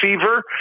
fever